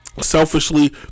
Selfishly